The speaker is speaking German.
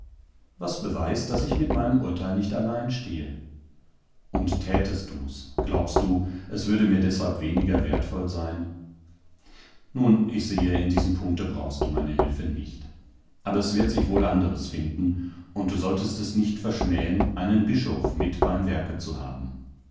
was beweist daß ich mit meinem urteil nicht allein stehe und tätest du's glaubst du es würde mir deshalb weniger wertvoll sein nun ich sehe in diesem punkte brauchst du meine hilfe nicht aber es wird sich wohl anderes finden und du solltest es nicht verschmähen einen bischof mit beim werke zu haben